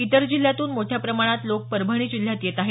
इतर जिल्ह्यातून मोठ्या प्रमाणात लोक परभणी जिल्ह्यात येत आहेत